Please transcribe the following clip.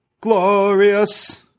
glorious